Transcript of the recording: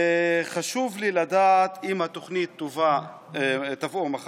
חשוב לי לדעת אם התוכנית תובא מחר,